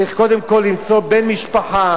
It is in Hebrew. צריך קודם כול למצוא בן משפחה,